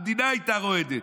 המדינה הייתה רועדת.